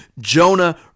Jonah